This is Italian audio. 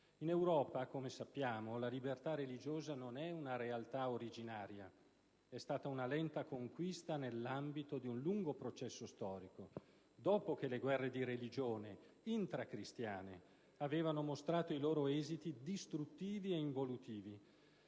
In Europa, come sappiamo, la libertà religiosa non è una realtà originaria. È stata una lenta conquista nell'ambito di un lungo processo storico, dopo che le guerre di religione intracristiane avevano mostrato i loro esiti distruttivi ed involutivi.